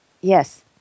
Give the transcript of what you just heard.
Yes